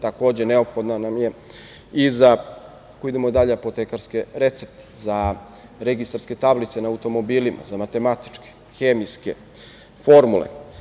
Takođe, neophodna nam je i za, ako idemo dalje, apotekarske recepte, za registarske tablice na automobilima, za matematičke, hemijske formule.